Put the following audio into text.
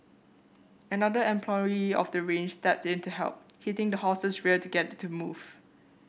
another employee of the ranch stepped in to help hitting the horse's rear to get it to move